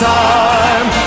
time